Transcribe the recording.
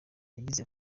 yagize